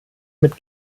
mit